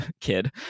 kid